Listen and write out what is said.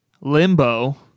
limbo